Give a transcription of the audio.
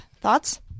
Thoughts